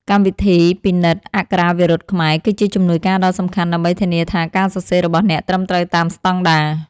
កម្មវិធីពិនិត្យអក្ខរាវិរុទ្ធខ្មែរ គឺជាជំនួយការដ៏សំខាន់ដើម្បីធានាថាការសរសេររបស់អ្នកត្រឹមត្រូវតាមស្ដង់ដារ។